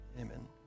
Amen